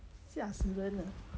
吓死人啊